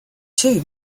too